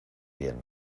bien